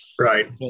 right